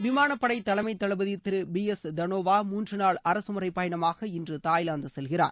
விமானப்பளட தலைமை தளபதி திரு பி எஸ் தளோவா மூன்று நாள் அரசுமுறை பயணமாக இன்று தாய்லாந்து செல்கிறார்